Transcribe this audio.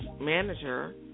manager